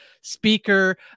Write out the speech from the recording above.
speaker